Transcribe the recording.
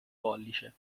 pollice